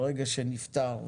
ברגע שזה נפתר,